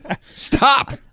Stop